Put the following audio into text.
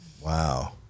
Wow